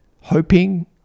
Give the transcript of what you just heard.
Hoping